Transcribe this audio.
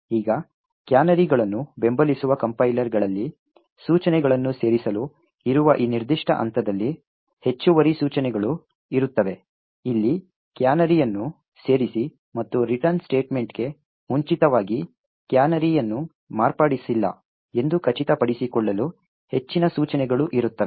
ಈಗ ಕ್ಯಾನರಿಗಳನ್ನು ಬೆಂಬಲಿಸುವ ಕಂಪ್ಲೈಯರ್ಗಳಲ್ಲಿ ಸೂಚನೆಗಳನ್ನು ಸೇರಿಸಲು ಇರುವ ಈ ನಿರ್ದಿಷ್ಟ ಹಂತದಲ್ಲಿ ಹೆಚ್ಚುವರಿ ಸೂಚನೆಗಳು ಇರುತ್ತವೆ ಇಲ್ಲಿ ಕ್ಯಾನರಿಯನ್ನು ಸೇರಿಸಿ ಮತ್ತು ರಿಟರ್ನ್ ಸ್ಟೇಟ್ಮೆಂಟ್ಗೆ ಮುಂಚಿತವಾಗಿ ಕ್ಯಾನರಿಯನ್ನು ಮಾರ್ಪಡಿಸಿಲ್ಲ ಎಂದು ಖಚಿತಪಡಿಸಿಕೊಳ್ಳಲು ಹೆಚ್ಚಿನ ಸೂಚನೆಗಳು ಇರುತ್ತವೆ